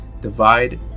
divide